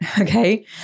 Okay